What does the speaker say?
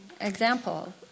example